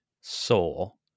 soul